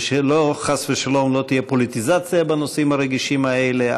וכדי שחס ושלום לא תהיה פוליטיזציה בנושאים הרגישים האלה,